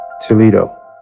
Toledo